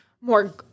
more